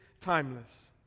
timeless